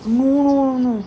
oh